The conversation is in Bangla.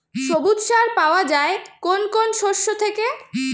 সবুজ সার পাওয়া যায় কোন কোন শস্য থেকে?